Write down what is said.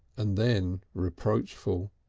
and then reproachful.